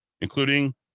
including